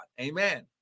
Amen